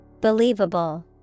Believable